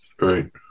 Right